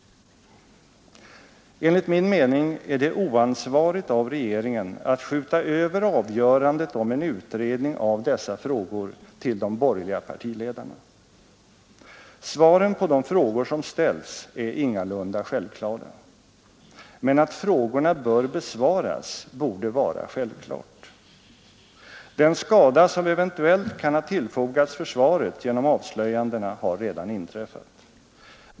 ”Enligt min mening är det oansvarigt av regeringen att skjuta över avgörandet om en utredning av dessa frågor till de borgerliga partiledarna. Svaren på de frågor som ställts är ingalunda självklara. Men att frågorna bör besvaras borde vara självklart. Den skada som eventuellt kan ha tillfogats försvaret genom avslöjandena har redan inträffat.